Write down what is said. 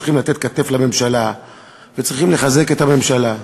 צריכים לתת כתף לממשלה וצריכים לחזק את הממשלה.